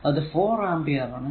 അത് 4 ആമ്പിയർ ആണ്